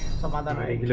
some other way,